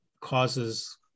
causes